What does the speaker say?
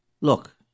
Look